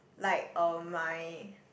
like um my